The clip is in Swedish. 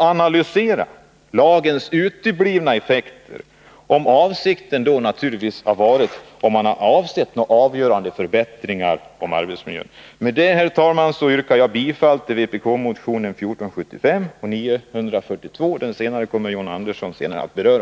analysera lagens uteblivna effekter, om man avsett att med lagen åstadkomma avgörande förbättringar av arbetsmiljön. Med detta, herr talman, yrkar jag bifall till vpbk-motionerna 1475 och 942. Den senare kommer John Andersson senare att beröra.